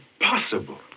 impossible